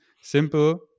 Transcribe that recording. simple